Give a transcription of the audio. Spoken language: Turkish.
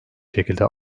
şekilde